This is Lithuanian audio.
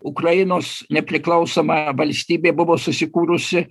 ukrainos nepriklausoma valstybė buvo susikūrusi